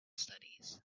studies